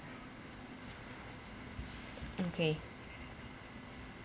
okay